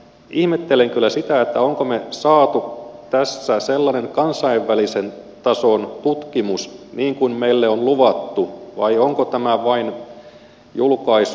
ihmettelen kyllä sitä olemmeko me saaneet tässä sellaisen kansainvälisen tason tutkimuksen kuin meille on luvattu vai onko tämä vain julkaisu